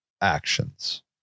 actions